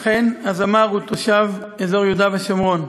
אכן, הזמר הוא תושב אזור יהודה ושומרון.